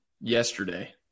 yesterday